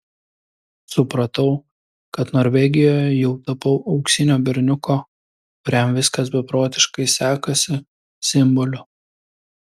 supratau kad norvegijoje jau tapau auksinio berniuko kuriam viskas beprotiškai sekasi simboliu